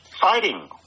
fighting